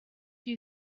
you